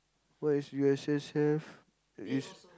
what is U_S_S have is